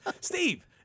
Steve